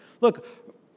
Look